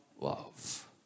love